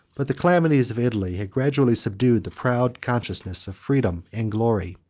but the calamities of italy had gradually subdued the proud consciousness of freedom and glory.